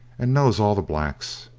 and knows all the blacks,